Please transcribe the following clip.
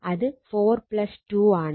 അത് 4 2 ആണ്